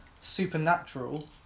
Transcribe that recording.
supernatural